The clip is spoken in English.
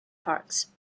parks